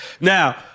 Now